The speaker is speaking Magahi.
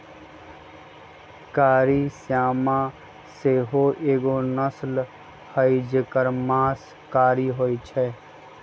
कारी श्यामा सेहो एगो नस्ल हई जेकर मास कारी होइ छइ